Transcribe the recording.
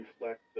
reflect